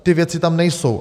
Ty věci tam nejsou.